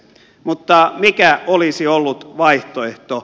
mutta mikä olisi ollut vaihtoehto